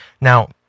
Now